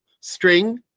string